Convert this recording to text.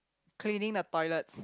cleaning the toilet